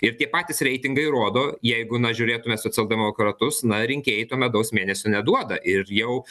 ir tie patys reitingai rodo jeigu na žiūrėtume socialdemokratus na rinkėjai to medaus mėnesio neduoda ir jau